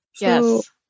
Yes